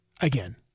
again